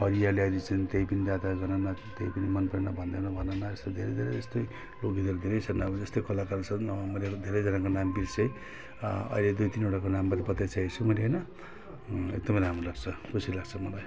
फरिया ल्याइदिएका छन् त्यही पनि राता घनन त्यही पनि मन परेन भनिदेऊ न भनन यस्तो धेरै धेरै यस्तै लोकगीहरू धेरै छन् अब जस्तै कलाकार छन् मैले अब धेरैजनाको नाम बिर्से अहिले दुई तिनवटाको नाम बताइसकेको छु मैले होइन एकदम राम्रो लाग्छ खुसी लाग्छ मलाई